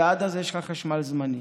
ועד אז יש לך חשמל זמני.